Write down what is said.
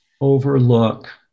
overlook